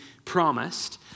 promised